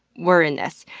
we're in this.